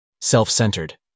Self-centered